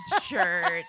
shirt